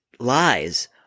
lies